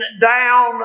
down